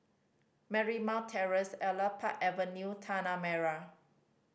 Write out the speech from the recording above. Marymount Terrace Elias Park Avenue Tanah Merah